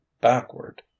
backward